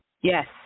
Yes